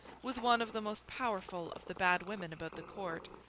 was one of the most powerful of the bad women about the court,